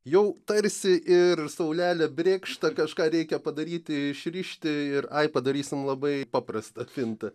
jau tarsi ir saulelė brėkšta kažką reikia padaryti išrišti ir ai padarysim labai paprastą pintą